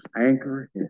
anchor